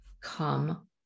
Come